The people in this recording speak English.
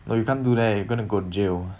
no you can't do that you're gonna go jail